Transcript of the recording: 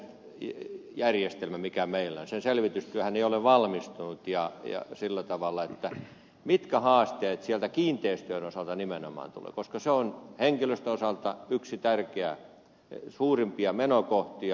tämän lähetystöjärjestelmän mikä meillä on selvitystyöhän ei ole valmistunut ja sillä tavalla selvinnyt mitkä haasteet sieltä kiinteistöjen osalta nimenomaan tulevat koska henkilöstön osalta se on yksi tärkeä suurimpia menokohtia